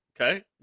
Okay